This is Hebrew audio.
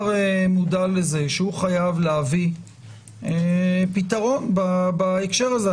מודע לזה שהוא חייב להביא פתרון בהקשר הזה.